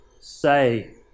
say